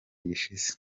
gishize